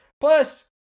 plus